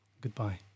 Goodbye